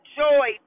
joy